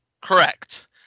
Correct